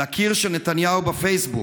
על הקיר של נתניהו בפייסבוק.